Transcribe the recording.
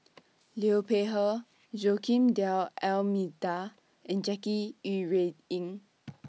Liu Peihe Joaquim D'almeida and Jackie Yi Ru Ying